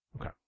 Okay